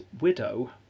widow